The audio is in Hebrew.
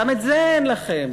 גם את זה אין לכם.